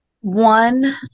one